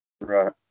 Right